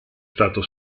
stato